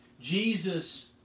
Jesus